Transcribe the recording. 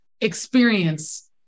experience